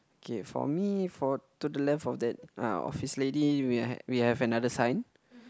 okay for me for to the left of that ah of this lady we have we have another sign